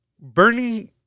Burning